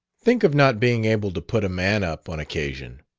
think of not being able to put a man up, on occasion!